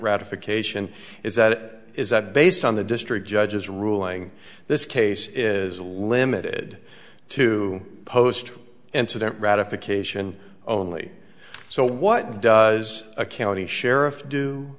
ratification is that is that based on the district judge's ruling this case is limited to post incident ratification only so what does a county sheriff do